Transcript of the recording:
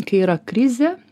kai yra krizė